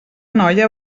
noia